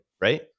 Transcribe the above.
right